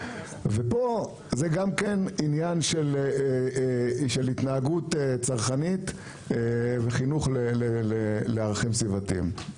ופה זה גם כן עניין של התנהגות צרכנית וחינוך לערכים סביבתיים.